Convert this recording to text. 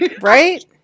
right